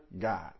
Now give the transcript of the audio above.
God